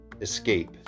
escape